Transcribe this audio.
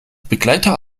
begleiter